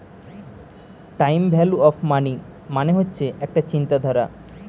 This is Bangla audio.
টাইম ভ্যালু অফ মানি মানে হচ্ছে একটা চিন্তাধারা